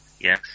Yes